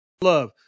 love